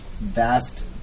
vast